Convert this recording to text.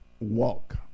walk